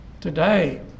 Today